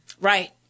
Right